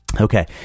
Okay